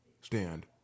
stand